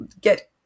get